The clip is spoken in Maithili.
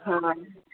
हँ